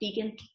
vegan